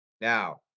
Now